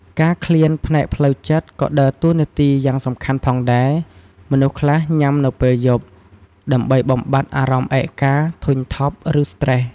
ការឃ្លានផ្នែកផ្លូវចិត្តក៏ដើរតួនាទីយ៉ាងសំខាន់ផងដែរ មនុស្សខ្លះញ៉ាំនៅពេលយប់ ដើម្បីបំបាត់អារម្មណ៍ឯកា ធុញថប់ ឬស្ត្រេស។